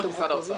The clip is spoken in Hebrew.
האוצר.